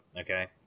okay